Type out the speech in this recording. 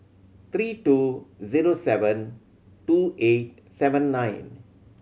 three two zero seven two eight seven nine